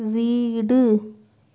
வீடு